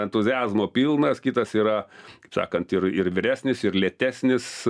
entuziazmo pilnas kitas yra kaip sakant ir ir vyresnis ir lėtesnis